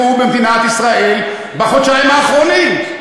נרצחו במדינת ישראל בחודשיים האחרונים.